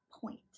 point